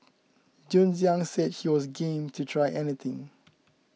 Jun Xiang said he was game to try anything